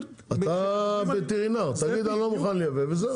אתה הווטרינר, תגיד אני לא מוכן לייבא וזהו.